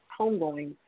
homegoing